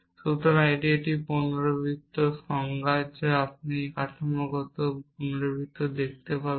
সুতরাং এটি একটি পুনরাবৃত্ত সংজ্ঞা কারণ আপনি এই কাঠামোগত পুনরাবৃত্তি দেখতে পাবেন